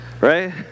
right